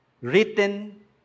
written